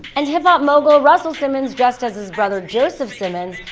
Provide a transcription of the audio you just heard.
and hip-hop mogul russell simmons dressed as his brother joseph simmons,